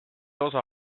osa